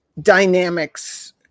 dynamics